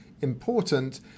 important